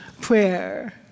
prayer